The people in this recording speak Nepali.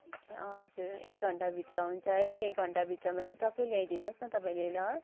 हजुर एक घनटाभित्र हुन्छ है एक घन्टाभित्रमा चाहिँ टक्कै ल्याइदिनुहोस् न तपाईँले ल